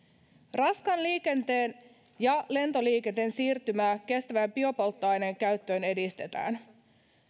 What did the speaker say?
raskaan liikenteen ja lentoliikenteen siirtymää kestävään biopolttoaineen käyttöön edistetään